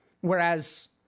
Whereas